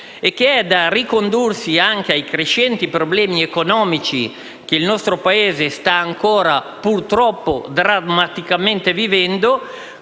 che è da ricondursi anche ai crescenti problemi economici che il nostro Paese sta ancora, purtroppo, drammaticamente vivendo,